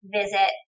visit